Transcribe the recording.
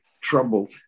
troubled